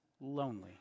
lonely